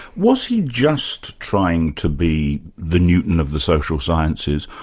was he just trying to be the newton of the social sciences,